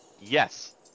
Yes